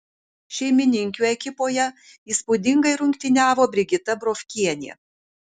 šeimininkių ekipoje įspūdingai rungtyniavo brigita brovkienė